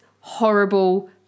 horrible